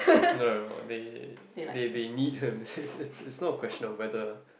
no they they they need him it's it's it's not a question of whether